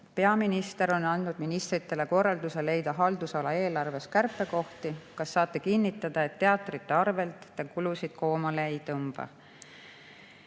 "Peaminister on andnud ministritele korralduse leida haldusala eelarves kärpekohti – kas saate kinnitada, et teatrite arvelt Te kulusid koomale ei tõmba?"